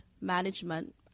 management